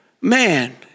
man